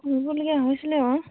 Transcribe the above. কৰিবলগীয়া হৈছিলে বাৰু